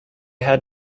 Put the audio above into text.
had